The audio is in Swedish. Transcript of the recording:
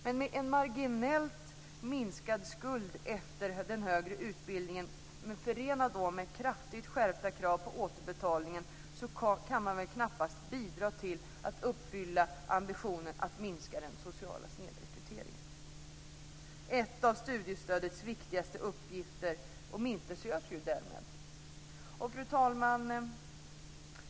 Men med en marginellt minskad skuld efter den högre utbildningen förenat då med kraftigt skärpta krav på återbetalning kan man knappast bidra till att uppfylla ambitionen att minska den sociala snedrekryteringen. Ett av studiestödets viktigaste uppgifter omintetgörs därmed. Fru talman!